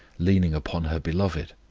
leaning upon her beloved?